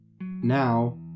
Now